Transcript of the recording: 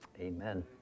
Amen